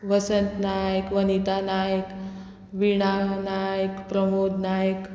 Vasant Nayak Vanita Nayak Veena Nayak Pramod Naik